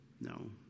No